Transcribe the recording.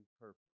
purpose